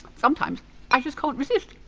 sometimes i just can't resist!